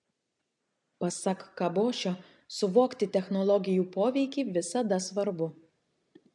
pasak kabošio suvokti technologijų poveikį visada svarbu